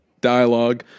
dialogue